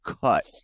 cut